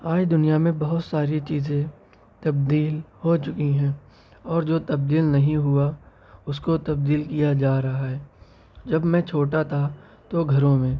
آج دنیا میں بہت ساری چیزیں تبدیل ہو چکی ہیں اور جو تبدیل نہیں ہوا اس کو تبدیل کیا جا رہا ہے جب میں چھوٹا تھا تو گھروں میں